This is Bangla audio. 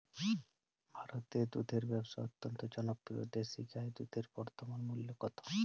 ভারতে দুধের ব্যাবসা অত্যন্ত জনপ্রিয় দেশি গাই দুধের বর্তমান মূল্য কত?